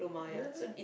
really